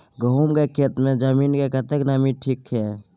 गहूम के खेती मे जमीन मे कतेक नमी ठीक ये?